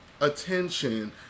attention